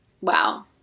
wow